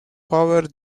power